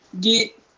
get